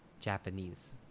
Japanese